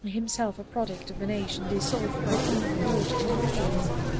himself a product of nation dissolved by overwrought individualism.